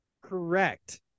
Correct